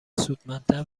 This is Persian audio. سودمندتر